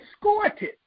escorted